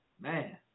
Man